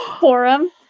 forum